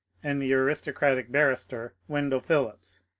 and the aristocratic barrister, wendell phillips,